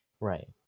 Right